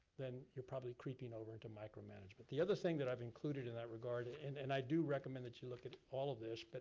then you're probably creeping over into micromanagement. the other thing that i've included in that regard, and and i do recommend that you look at all of this. but